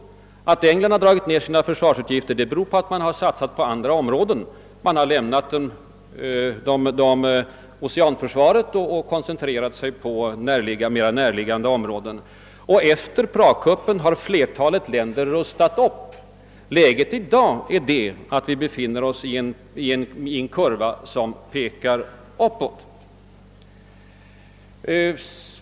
Att England minskat sina försvarsutgifter beror bl.a. på att man har lämnat Oceanförsvaret och koncentrerat sig på mera närliggande områden. Men efter Pragkuppen har flertalet länder rustat upp sitt försvar. Läget i dag är att kurvan pekar uppåt.